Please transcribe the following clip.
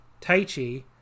Taichi